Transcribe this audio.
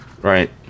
right